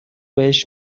بهش